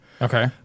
Okay